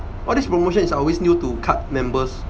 all this promotion is always new to card members